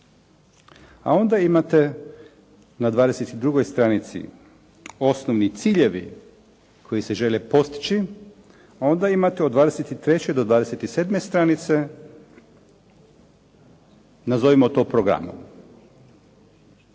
A onda imate na 22 stranici osnovni ciljevi koji se žele postići. Onda imate od 23 do 27 stranice nazovimo to programom.